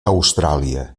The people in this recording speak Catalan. austràlia